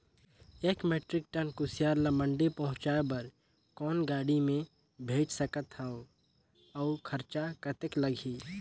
एक metric tonne कुसियार ल मंडी पहुंचाय बर कौन गाड़ी मे भेज सकत हव अउ खरचा कतेक लगही?